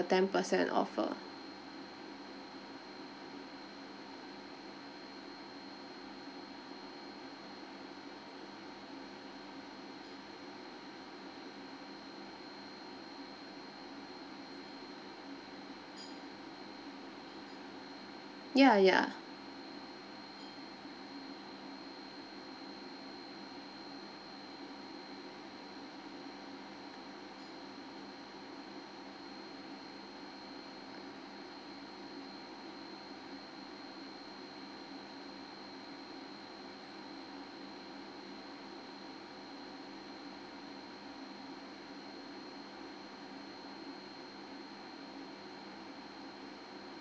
ten percent offer ya ya